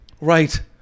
right